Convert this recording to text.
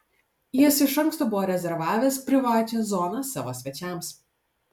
jis iš anksto buvo rezervavęs privačią zoną savo svečiams